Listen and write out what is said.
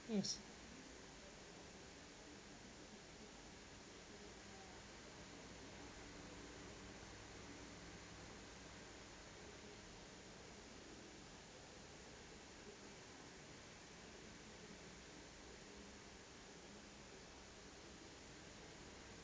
is